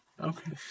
Okay